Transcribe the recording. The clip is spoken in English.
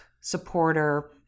supporter